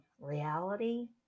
reality